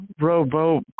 Robo